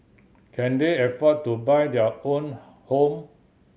can they afford to buy their own home